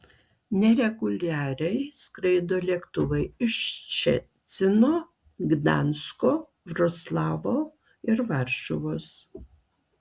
nereguliariai skraido lėktuvai iš ščecino gdansko vroclavo ir varšuvos